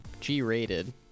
G-rated